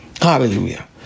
Hallelujah